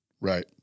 right